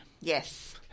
Yes